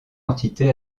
entité